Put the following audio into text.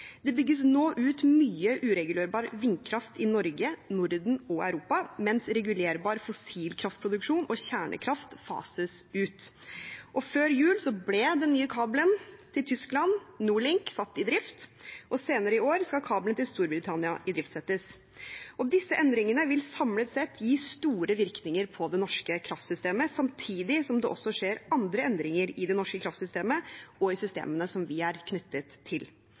Det bygges nå ut mye uregulerbar vindkraft i Norge, Norden og Europa, mens regulerbar fossilkraftproduksjon og kjernekraft fases ut. Før jul ble den nye kabelen til Tyskland, NordLink, satt i drift, og senere i år skal kabelen til Storbritannia idriftsettes. Disse endringene vil samlet sett gi store virkninger på det norske kraftsystemet, samtidig som det også skjer andre endringer i det norske kraftsystemet og i systemene som vi er knyttet til.